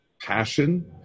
passion